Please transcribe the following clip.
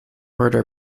order